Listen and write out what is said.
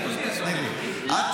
רגע, דודי, אתה עורך דין?